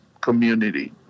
community